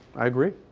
i agree.